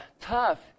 Tough